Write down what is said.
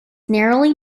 narrowly